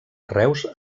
reus